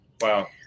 Wow